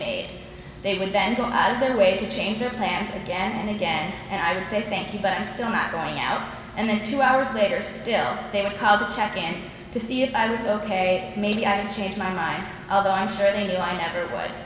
made they would then go out of their way to change their plans again and again and i would say thank you but i'm still not going out and then two hours later still they would call to check in to see if i was go ok maybe i didn't change my mind although i'm sure they did i never would